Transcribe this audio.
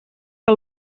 que